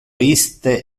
iste